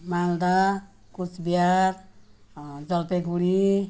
Malda Cooch Behar Jalpaiguri